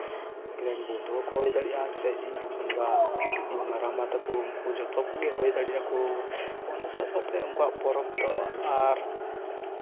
ᱤᱧ ᱨᱮᱱ ᱵᱚᱱᱫᱷᱩ ᱦᱚᱸᱠᱚ ᱦᱩᱭ ᱫᱟᱲᱭᱟᱜᱼᱟ ᱥᱮ ᱤᱧ ᱦᱚᱯᱚᱱ ᱵᱟ ᱤᱧ ᱢᱟᱨᱟᱢ ᱵᱟ ᱛᱟᱠᱚ ᱩᱱᱠᱩ ᱡᱚᱛᱚ ᱠᱚᱜᱮ ᱦᱩᱭ ᱫᱟᱲᱮᱜᱼᱟᱠᱚ ᱚᱱᱟ ᱥᱟᱶ ᱥᱟᱶᱛᱮ ᱩᱝᱠᱩᱣᱟᱜ ᱯᱚᱨᱚᱵ ᱫᱚ ᱟᱨ